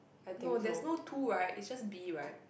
no there's no two right it's just B right